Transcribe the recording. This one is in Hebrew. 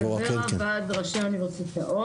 מינהל ור"ה, ועד ראשי האוניברסיטאות.